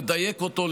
לדייק אותו,